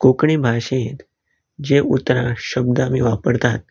कोंकणी भाशेंत जे उतरां शब्द आमी वापरतात